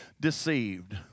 deceived